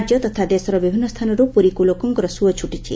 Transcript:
ରାଜ୍ୟ ତଥା ଦେଶର ବିଭିନ୍ମ ସ୍ଥାନରୁ ପୁରୀକୁ ଲୋକଙ୍ଙ ସୁଅ ଛୁଟିଛି